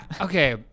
okay